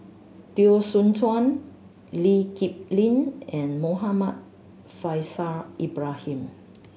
Teo Soon Chuan Lee Kip Lin and Muhammad Faishal Ibrahim